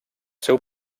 seu